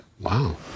Wow